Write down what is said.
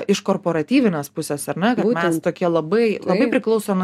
iš korporatyvinės pusės ar ne kad mes tokie labai labai priklauso nuo